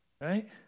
right